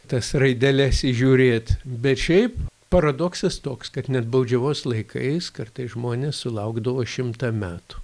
tas raideles įžiūrėt bet šiaip paradoksas toks kad net baudžiavos laikais kartais žmonės sulaukdavo šimtą metų